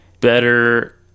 Better